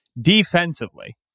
defensively